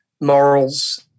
morals